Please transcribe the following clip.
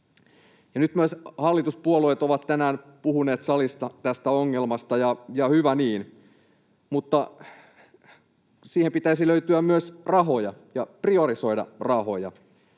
Nyt myös hallituspuolueet ovat tänään puhuneet salissa tästä ongelmasta, ja hyvä niin, mutta siihen pitäisi löytyä myös rahoja ja priorisoida rahoja.